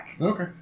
Okay